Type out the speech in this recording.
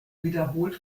wiederholt